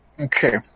Okay